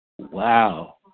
Wow